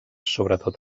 sobretot